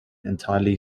entirely